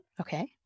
Okay